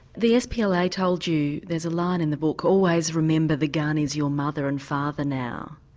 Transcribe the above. the spla told you, there's a line in the book always remember the gun is your mother and father now.